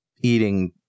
eating